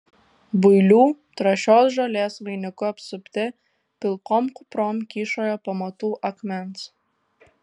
builių trąšios žolės vainiku apsupti pilkom kuprom kyšojo pamatų akmens